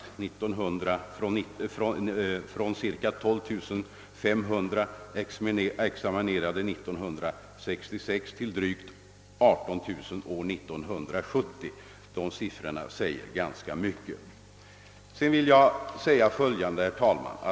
År 1966 utexaminerades cirka 12 500 personer, vilket antal år 1970 beräknas bli drygt 18 000. Dessa siffror säger ganska mycket. Herr talman!